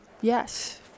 Yes